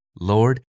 Lord